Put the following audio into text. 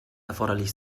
erforderlich